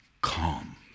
calm